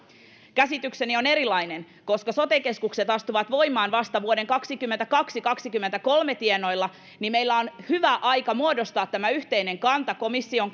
käsitykseni on erilainen koska sote keskukset astuvat voimaan vasta vuoden kaksikymmentäkaksi viiva kaksikymmentäkolme tienoilla meillä on hyvä aika muodostaa yhteinen kanta komission